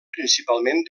principalment